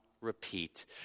repeat